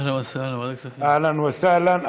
אהלן וסהלן,